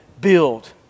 build